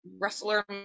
wrestler